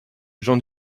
j’en